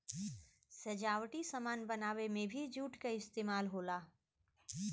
सजावटी सामान बनावे में भी जूट क इस्तेमाल होला